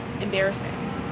embarrassing